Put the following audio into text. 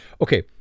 Okay